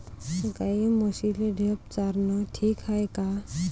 गाई म्हशीले ढेप चारनं ठीक हाये का?